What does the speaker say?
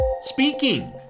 Speaking